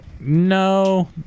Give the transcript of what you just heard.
No